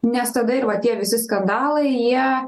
nes tada ir va tie visi skandalai jie